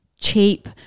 cheap